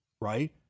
right